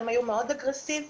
הם היו מאוד אגרסיביים.